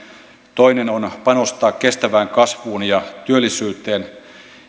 toinen on on panostaa kestävään kasvuun ja työllisyyteen